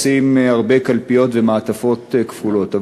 לשים הרבה קלפיות ומעטפות כפולות,